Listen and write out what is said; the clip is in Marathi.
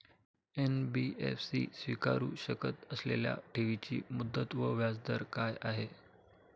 एन.बी.एफ.सी स्वीकारु शकत असलेल्या ठेवीची मुदत व व्याजदर काय आहे?